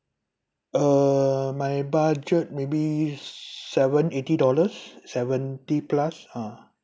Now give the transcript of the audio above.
uh my budget maybe seven eighty dollars seventy plus ha